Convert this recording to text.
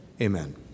Amen